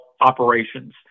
operations